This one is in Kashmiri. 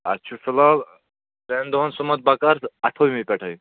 اَسہِ چھُ فِلحال ترٛٮ۪ن دۄہَن سُمَتھ بَکار تہٕ اَٹھوُہمہِ پٮ۪ٹھَے